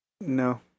No